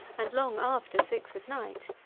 and long after six at night.